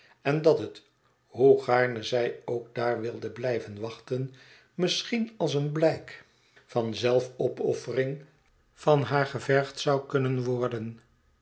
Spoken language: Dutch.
en dat het hoe gaarne zij ook daar wilde blijven wachten misschien als een blijk van zelfopoffering van haar gevergd zou kunnen worden